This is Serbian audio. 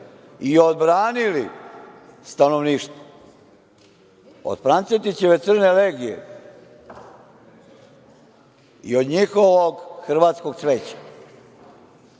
i odbranili stanovništvo od Francetićeve Crne legije i od njihovog hrvatskog cveća,